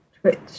Twitch